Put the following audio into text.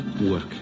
work